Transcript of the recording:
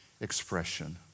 expression